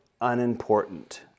unimportant